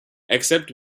except